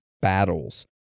battles